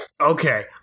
Okay